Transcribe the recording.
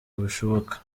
bushoboka